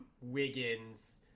Wiggins